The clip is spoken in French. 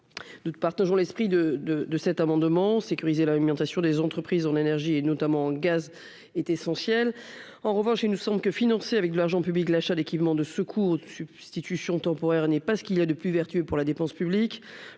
nous ne partageons l'esprit de de de cet amendement sécuriser l'alimentation des entreprises en l'énergie et notamment en gaz est essentielle, en revanche, il nous semble que financer avec l'argent public, l'achat d'équipements de secours de substitution temporaire n'est pas ce qu'il a de plus vertueux pour la dépense publique,